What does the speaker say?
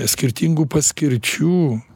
skirtingų paskirčių